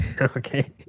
Okay